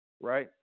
right